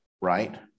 right